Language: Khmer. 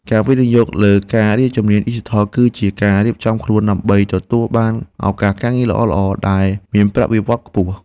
ការវិនិយោគលើការរៀនជំនាញឌីជីថល គឺជាការរៀបចំខ្លួនដើម្បីទទួលបានឱកាសការងារល្អៗដែលមានប្រាក់បៀវត្សរ៍ខ្ពស់។